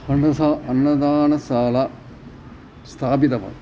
अनया अन्नदानशाला स्थापितवान्